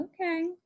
Okay